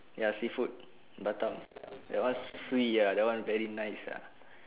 ya seafood batam that one swee ah that one very nice ah